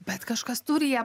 bet kažkas turi ją